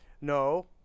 No